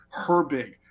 Herbig